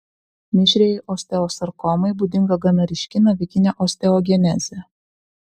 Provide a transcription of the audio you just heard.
mišriajai osteosarkomai būdinga gana ryški navikinė osteogenezė